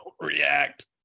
react